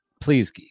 Please